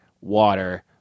water